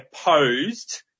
opposed